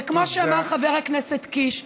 וכמו שאמר חבר הכנסת קיש,